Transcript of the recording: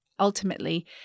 ultimately